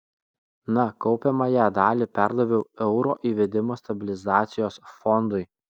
na kaupiamąją dalį perdaviau euro įvedimo stabilizacijos fondui